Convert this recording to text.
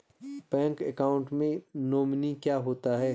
Bank account में nominee क्या होता है?